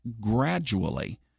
gradually